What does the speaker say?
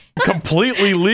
completely